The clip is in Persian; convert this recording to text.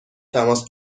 تماس